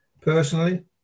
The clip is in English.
personally